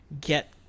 get